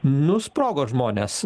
nusprogo žmonės